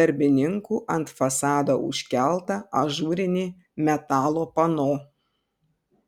darbininkų ant fasado užkeltą ažūrinį metalo pano